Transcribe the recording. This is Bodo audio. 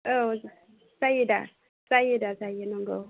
औ जायोदा जायोदा जायो नंगौ